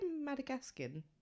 Madagascan